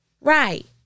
right